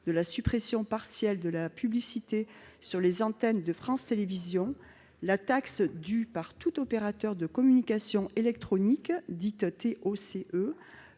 de la suppression partielle de la publicité sur les antennes de France Télévisions, la taxe due par tout opérateur de communications électroniques (TOCE)